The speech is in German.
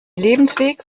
lebensweg